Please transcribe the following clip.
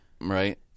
right